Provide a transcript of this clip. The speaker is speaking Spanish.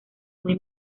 muy